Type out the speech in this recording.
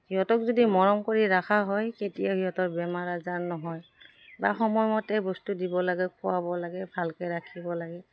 সিহঁতক যদি মৰম কৰি ৰাখা হয় কেতিয়াও সিহঁতৰ বেমাৰ আজাৰ নহয় বা সময়মতে বস্তু দিব লাগে খোৱাব লাগে ভালকৈ ৰাখিব লাগে